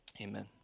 Amen